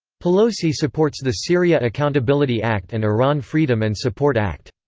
pelosi supports the syria accountability act and iran freedom and support act.